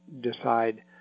decide